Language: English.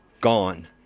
gone